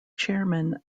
chairman